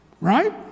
right